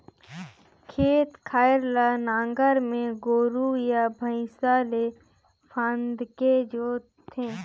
खेत खार ल नांगर में गोरू या भइसा ले फांदके जोत थे